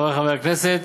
חברי חברי הכנסת,